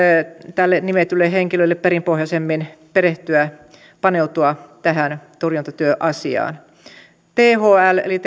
tälle nimetylle henkilölle perinpohjaisemmin perehtyä paneutua tähän torjuntatyöasiaan thl eli